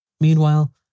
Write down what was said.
Meanwhile